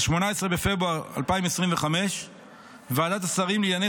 ל-18 בפברואר 2025. ועדת השרים לענייני